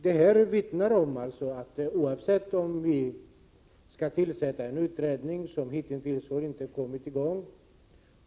Detta vittnar om att oavsett om vi skall tillsätta en utredning — som hitintills inte har kommit i gång; när den kommer vet man inte — så är behoven av detta museum väldokumenterat och behöver inte utredas vidare.